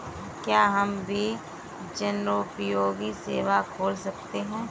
क्या हम भी जनोपयोगी सेवा खोल सकते हैं?